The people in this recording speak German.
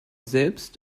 selbst